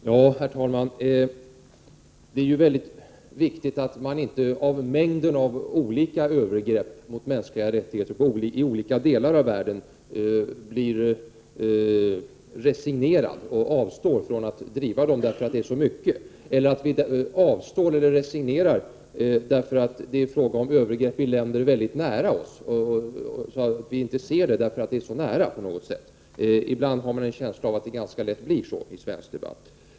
Herr talman! Det är mycket viktigt att vi inte på grund av mängden av olika övergrepp mot mänskliga rättigheter i olika delar av världen resignerar och avstår från att påtala dem, eller att vi avstår eller resignerar, därför att det är fråga om övergrepp i länder som ligger mycket nära, så att vi av någon anledning inte ser övergreppen. Ibland har man en känsla av att det ganska lätt blir så i svensk debatt.